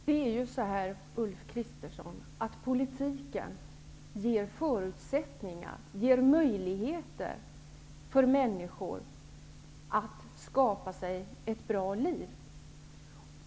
Herr talman! Politiken ger förutsättningar och möjligheter för människor att skapa sig ett bra liv.